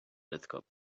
telescope